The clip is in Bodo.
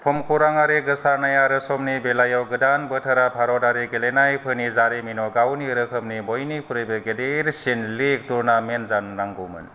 भुमखौराङारि गोसारनाय आरो समनि बेलायाव गोदान बोथोरा भारतारि गेलेनायफोरनि जारिमिनाव गावनि रोखोमनि बयनिख्रुयबो गिदिरसिन लिग टुरनामेन्ट जानो नांगौमोन